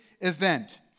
event